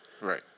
right